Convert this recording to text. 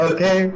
Okay